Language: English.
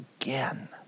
again